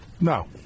No